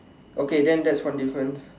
okay then that's one different